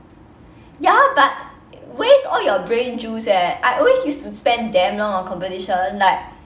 ya but waste all your brain juice eh I always used to spend damn long on composition like